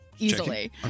Easily